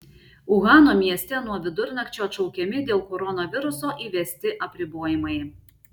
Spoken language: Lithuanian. uhano mieste nuo vidurnakčio atšaukiami dėl koronaviruso įvesti apribojimai